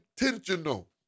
intentional